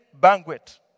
banquet